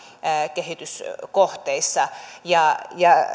kehityskohteissa